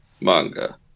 manga